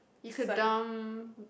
you could dump